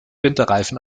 winterreifen